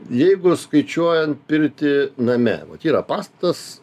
jeigu skaičiuojant pirtį name vat yra pastatas